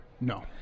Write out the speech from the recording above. No